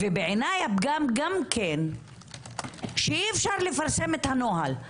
בעיניי הפגם גם כן שאי אפשר לפרסם את הנוהל.